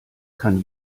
kann